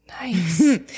Nice